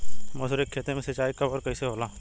मसुरी के खेती में सिंचाई कब और कैसे होला?